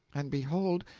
and behold,